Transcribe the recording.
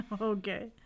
Okay